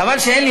חבל שאין לי,